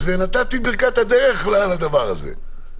נתתי את ברכת הדרך לדבר הזה.